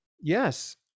Yes